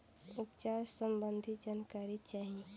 उपचार सबंधी जानकारी चाही?